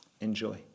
Enjoy